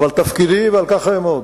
אבל תפקידי, ועל כך אעמוד,